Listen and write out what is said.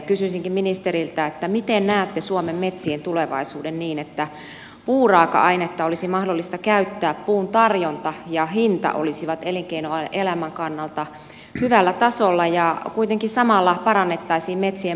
kysyisinkin ministeriltä miten näette suomen metsien tulevaisuuden niin että puuraaka ainetta olisi mahdollista käyttää puun tarjonta ja hinta olisivat elinkeinoelämän kannalta hyvällä tasolla ja kuitenkin samalla parannettaisiin metsien monimuotoisuutta